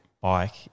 bike